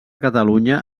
catalunya